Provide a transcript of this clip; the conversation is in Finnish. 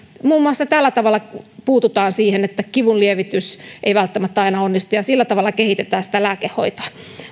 muun muassa tällä tavalla puututaan siihen että kivunlievitys ei välttämättä aina onnistu ja sillä tavalla kehitetään sitä lääkehoitoa